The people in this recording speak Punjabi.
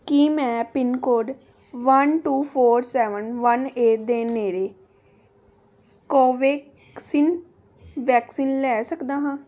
ਕੀ ਮੈਂ pin code one two four seven one eight ਦੇ ਨੇੜੇ ਕੋਵੈਕਸਿਨ ਵੈਕਸੀਨ ਲੈ ਸਕਦਾ ਹਾਂ